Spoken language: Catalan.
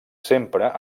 sempre